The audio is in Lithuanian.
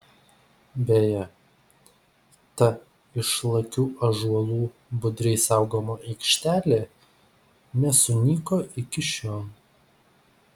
beje ta išlakių ąžuolų budriai saugoma aikštelė nesunyko iki šiol